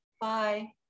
Bye